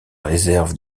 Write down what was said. réserve